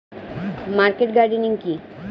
Market gardening কি?